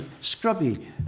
scrubby